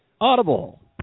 Audible